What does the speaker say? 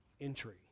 entry